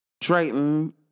Drayton